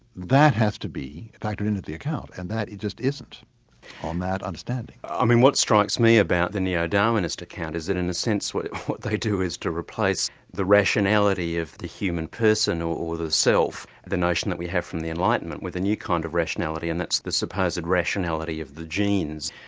that has to be factored into the account, and that it just isn't on that understanding. i mean, what strikes me about the neo-darwinist account is that in a sense what they do is to replace the rationality of the human person or the self, the notion that we have from the enlightenment, with a new kind of rationality and that's the supposed rationality of the genes,